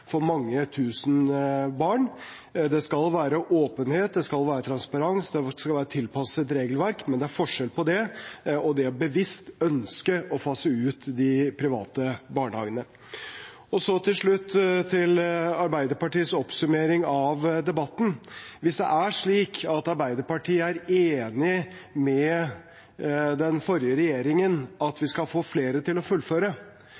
for mange tusen barn. Det skal være åpenhet og transparens, og det skal være et tilpasset regelverk, men det er forskjell på det og det å bevisst ønske å fase ut de private barnehagene. Til slutt til Arbeiderpartiets oppsummering av debatten: Hvis Arbeiderpartiet er enig med den forrige regjeringen i at vi skal få flere til å fullføre